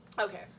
Okay